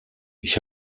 ich